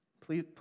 Please